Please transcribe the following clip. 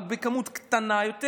רק בכמות קטנה יותר.